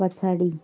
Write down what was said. पछाडि